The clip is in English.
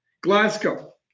Glasgow